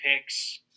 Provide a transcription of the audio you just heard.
picks